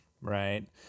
Right